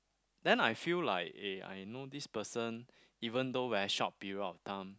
then I feel like eh I know this person even though very short period of time